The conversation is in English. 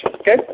okay